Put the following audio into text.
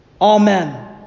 Amen